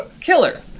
Killer